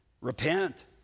Repent